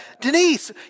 Denise